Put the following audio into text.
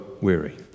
weary